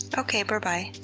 okay, berbye.